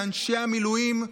לאנשי המילואים,